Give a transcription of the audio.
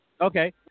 okay